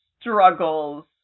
struggles